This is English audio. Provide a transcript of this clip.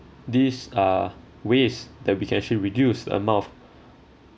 these are ways that we can actually reduce the amount of